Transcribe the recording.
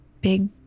big